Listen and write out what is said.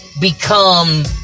become